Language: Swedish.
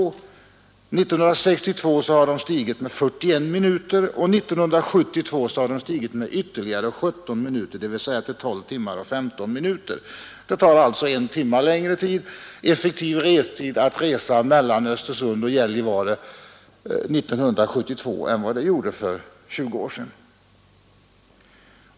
År 1962 hade den stigit med 41 minuter och 1972 med ytterligare 17 minuter, dvs. till 12 timmar och 15 minuter. Det är alltså en timme längre effektiv restid mellan Östersund och Gällivare 1972 än för 20 år sedan.